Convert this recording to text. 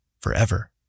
forever